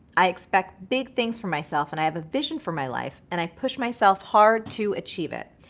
i expect big things for myself and i have a vision for my life and i push myself hard to achieve it.